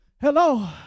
Hello